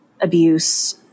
abuse